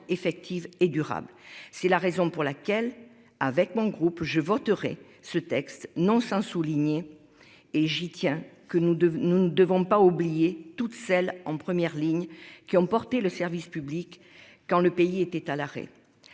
C'est la raison pour laquelle avec mon groupe, je voterai ce texte non sans souligner et j'y tiens, que nous devons nous ne devons pas oublier toutes celles en première ligne qui ont porté le service public. Quand le pays était à l'arrêt.